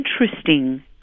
interesting